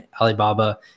Alibaba